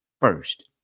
first